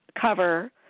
cover